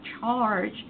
charge